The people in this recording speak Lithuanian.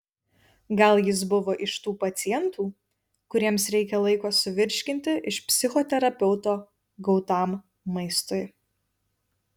gal jis buvo iš tų pacientų kuriems reikia laiko suvirškinti iš psichoterapeuto gautam maistui